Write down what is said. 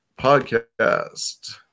podcast